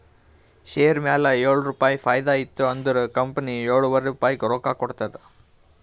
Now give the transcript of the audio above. share ಮ್ಯಾಲ ಏಳು ರುಪಾಯಿ ಫೈದಾ ಇತ್ತು ಅಂದುರ್ ಕಂಪನಿ ಎಳುವರಿ ರುಪಾಯಿ ರೊಕ್ಕಾ ಕೊಡ್ತುದ್